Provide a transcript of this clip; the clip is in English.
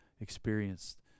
experienced